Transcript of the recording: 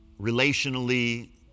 relationally